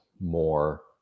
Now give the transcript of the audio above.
more